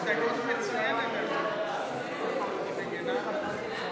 ההסתייגויות של חברת הכנסת שרן השכל לסעיף 7 לא נתקבלה.